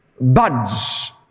buds